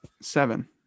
seven